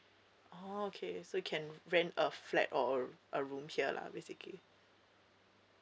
oh okay so you can rent a flat or a room here lah basically